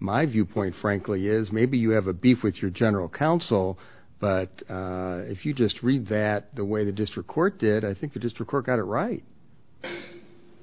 my viewpoint frankly is maybe you have a beef with your general counsel but if you just read that the way the district court did i think you just record got it right